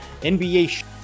NBA